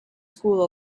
school